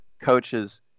coaches